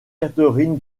catherine